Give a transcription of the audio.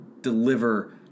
deliver